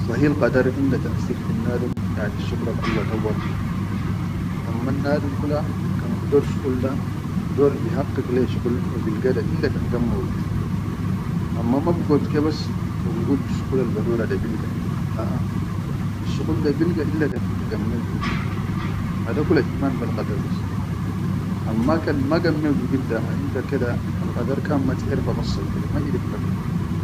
Sahil qadar inda tasir finnadum, yanisshuqulal Allah dawwara, ammannadum kula kan budor shuqul da, bidor bihaqqiq le shuqul wa bilga daʼilla kan gamma wigif, amma ba bigod kebas wa bigul asshuqul da bilga illa kan inta gammet wigif hadakula iman bel qadar bas, amma kan ma gammet wigif da ha inta keda alqadar kan ma tiʼerfa bessahi kula ma irif.